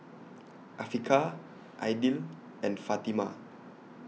Afiqah Aidil and Fatimah